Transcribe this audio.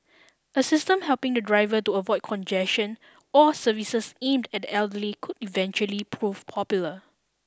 a system helping the driver to avoid congestion or services aimed at the elderly could eventually prove popular